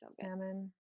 Salmon